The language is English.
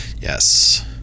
Yes